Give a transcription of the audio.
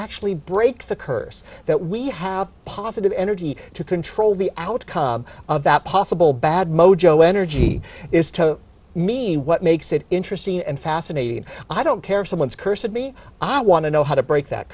actually break the curse that we have positive energy to control the outcome of that possible bad mojo energy is to me what makes it interesting and fascinating i don't care if someone is cursed at me i want to know how to break that